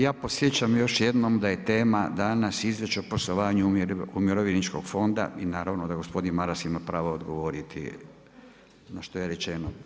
Ja podsjećam još jednom da je tema danas Izvješće o poslovanju Umirovljeničkog fonda i naravno da gospodin Maras ima pravo odgovoriti na što je rečeno.